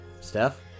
Steph